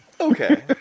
Okay